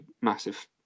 massive